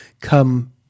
come